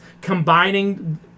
combining